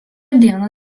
dieną